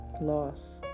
loss